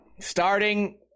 starting